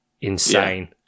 insane